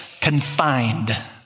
confined